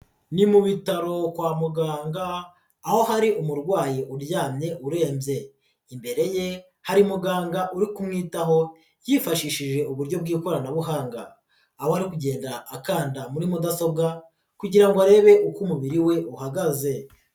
Ni mu bitaro kwa muganga aho hari umurwayi uryamye urenze, imbere ye hari muganga uri kumwitaho yifashishije uburyo bw'ikoranabuhanga, aho ari kugenda akanda muri mudasobwa kugira ngo arebe uko umubiri we uhagaze.